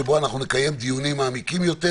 שבו אנחנו נקיים דיונים מעמיקים יותר